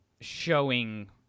showing